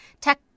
Tech